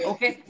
Okay